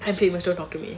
I'm famous don't talk to me